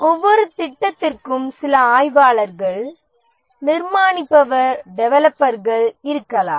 ஒவ்வொரு திட்டத்திற்கும் சில ஆய்வாளர்கள் நிர்மாணிப்பவர் டெவலப்பர்கள் இருப்பார்கள்